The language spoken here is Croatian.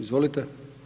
Izvolite.